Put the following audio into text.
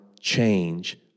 change